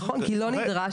נכון, כי לא נדרש.